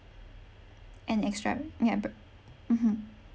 and extra ya br~ mmhmm